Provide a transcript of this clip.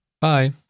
Bye